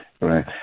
right